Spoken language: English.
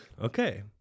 Okay